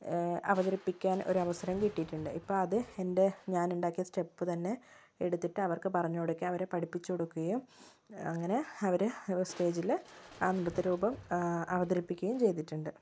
അവതരിപ്പിക്കാൻ ഒരവസരം കിട്ടിയിട്ടുണ്ട് അപ്പോൾ അത് എൻ്റെ ഞാനുണ്ടാക്കിയ സ്റ്റെപ്പുതന്നെ എടുത്തിട്ട് അവർക്ക് പറഞ്ഞു കൊടുക്കുക അവരെ പഠിപ്പിച്ചു കൊടുക്കുകയും അങ്ങനെ അവര് സ്റ്റേജില് ആ നൃത്തരൂപം അവതരിപ്പിക്കുകയും ചെയ്തിട്ടുണ്ട്